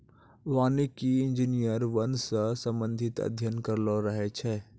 वानिकी इंजीनियर वन से संबंधित अध्ययन करलो रहै छै